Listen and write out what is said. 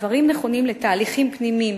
הדברים נכונים לתהליכים פנימיים